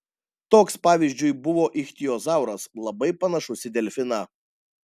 toks pavyzdžiui buvo ichtiozauras labai panašus į delfiną